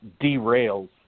derails